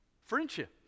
friendship